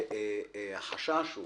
שהחשש הוא